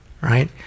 right